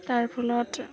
তাৰ ফলত